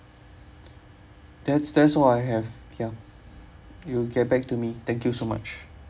that's that's all I have ya you'll get back to me thank you so much